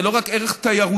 זה לא רק ערך תיירותי,